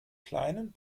kleinen